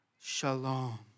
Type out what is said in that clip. Shalom